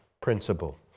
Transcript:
principle